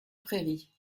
prairie